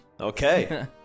okay